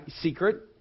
secret